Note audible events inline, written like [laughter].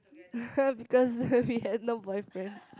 [laughs] because we had no boyfriends